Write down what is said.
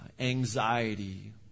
anxiety